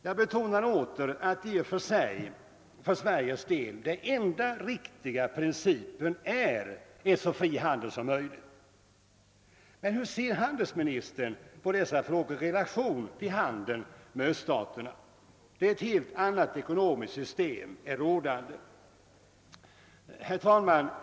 Jag betonar åter att det enda riktiga för Sveriges del är att tillämpa en så fri handel som möjligt. Men hur ser handelsministern på dessa frågor i relation till handeln med öststaterna, där ett helt annat ekonomiskt system är rådande? Herr talman!